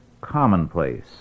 commonplace